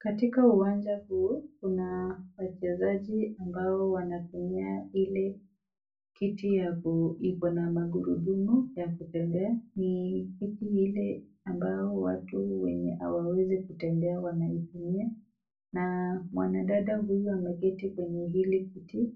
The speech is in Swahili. Katika uwanja huu kuna wachezaji ambao wanatumia ile kiti ya ku iko na magurudumu ya kutembea. Ni kiti ile ambao watu wenye hawawezi kutembea wanaitumia. Na mwanadada huyu ameketi kwenye hili kiti